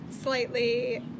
slightly